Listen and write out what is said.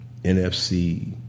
NFC